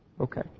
okay